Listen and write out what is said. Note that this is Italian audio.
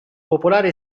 popolare